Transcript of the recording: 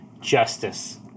justice